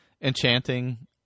Enchanting